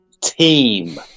Team